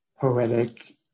poetic